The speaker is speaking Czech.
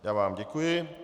Já vám děkuji.